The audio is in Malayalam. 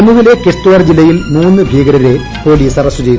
ജമ്മുവിലെ കിഷ്ത്വാർ ജില്ലയിൽ മൂന്ന് ഭീകരരെ പൊലീസ് അറസ്റ്റ് ചെയ്തു